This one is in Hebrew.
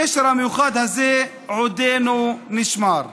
הקשר המיוחד הזה עודנו נשמר.